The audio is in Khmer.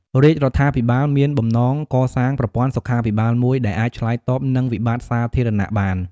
រាជរដ្ឋាភិបាលមានបំណងកសាងប្រព័ន្ធសុខាភិបាលមួយដែលអាចឆ្លើយតបនឹងវិបត្តិសាធារណៈបាន។